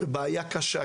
קשה.